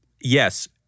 yes